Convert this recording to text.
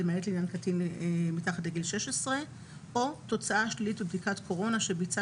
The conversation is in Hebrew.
למעט לעניין קטין מתחת לגיל 16 או תוצאה שלילית בבדיקת קורונה שביצע